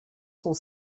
sont